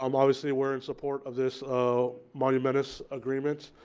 um obviously we're in support of this monumentous agreement.